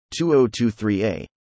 2023A